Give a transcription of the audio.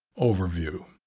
overview.